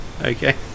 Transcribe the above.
Okay